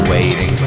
Waiting